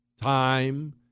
Time